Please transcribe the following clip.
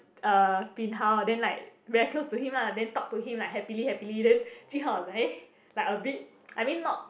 uh bin hao then like very close to him lah then talk to him like happily happily then jun hao was like eh like a bit I mean not